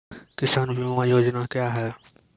किसान बीमा योजना क्या हैं?